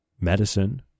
medicine